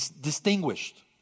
distinguished